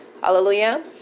Hallelujah